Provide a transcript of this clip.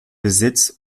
besitz